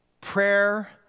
prayer